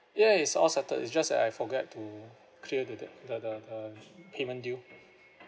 yes it's all settled it's just that I forget to clear the debt the the the payment due